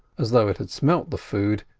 as though it had smelt the food,